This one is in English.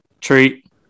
treat